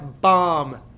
bomb